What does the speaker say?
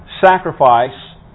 sacrifice